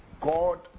god